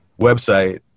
website